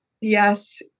Yes